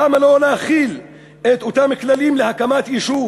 למה לא להחיל את אותם כללים להקמת יישוב